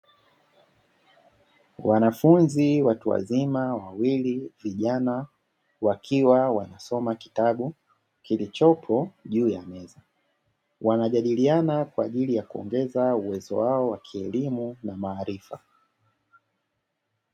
Wanafunzi watu wazima wawili vijana wakiwa wanasoma kitabu kilichopo juu ya meza, wanajadiliana kwa ajili ya kuongeza uwezo wao wa kielimu na maarifa.